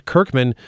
Kirkman